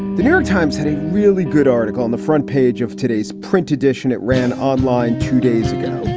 the new york times had a really good article on the front page of today's print edition. it ran online two days ago